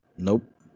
nope